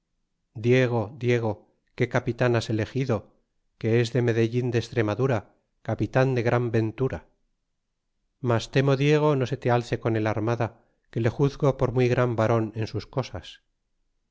diego diego qué capitan has elegido que es de medellin de estremadura capitan de gran ventura mas temo diego no se te alce con el armada que le juzgo por muy gran varon en sus cosas